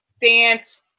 dance